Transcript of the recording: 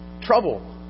trouble